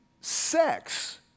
sex